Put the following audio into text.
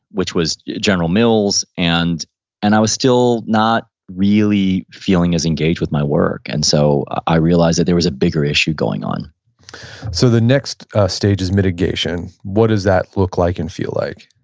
which was general mills and and i was still not really feeling as engaged with my work. and so, i realized that there was a bigger issue going on so the next stage is mitigation. what does that look like and feel like?